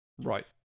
Right